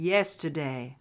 Yesterday